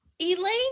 Elaine